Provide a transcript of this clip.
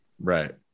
Right